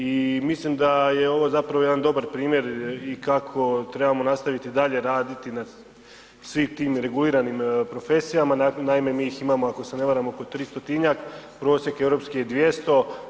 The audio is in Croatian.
I mislim da je ovo zapravo jedan dobar primjer i kako trebamo nastaviti dalje raditi na svim tim reguliranim profesijama, naime mi ih imamo ako se na varam oko 300-tinjak, prosjek europski je 200.